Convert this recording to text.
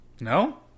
no